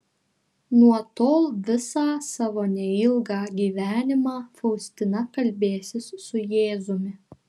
nuo tol visą savo neilgą gyvenimą faustina kalbėsis su jėzumi